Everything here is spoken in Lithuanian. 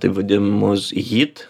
taip vadinamus hyt